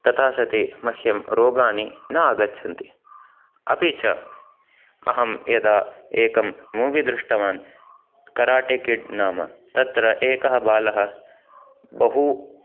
तथा सति मह्यं रोगानि न आगच्छन्ति अपि च अहं यदा एकं मूवि दृष्टवान् कराटे किड् नाम्नः तत्र एकः बालः बहु